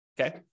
okay